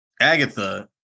Agatha